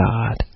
God